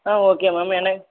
ஆ okay ma'am எனக்